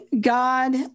God